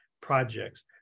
projects